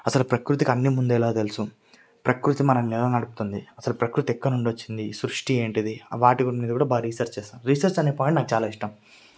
అసలు ప్రకృతికి అన్నీ ముందెలా తెలుసు ప్రకృతి మనల్ని ఎలా నడుపుతుంది అసలు ప్రకృతి ఎక్కడినుండి వచ్చింది సృష్టి ఏంటి వాటి గురించి బాగా రీసర్చ్ చేస్తాను రీసర్చ్ అనే పాయింట్ నాకు చాలా ఇష్టం